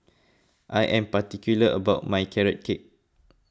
I am particular about my Carrot Cake